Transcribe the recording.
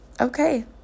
okay